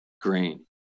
green